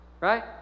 right